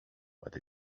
what